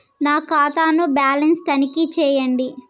నా ఖాతా ను బ్యాలన్స్ తనిఖీ చేయండి?